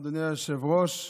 אדוני היושב-ראש,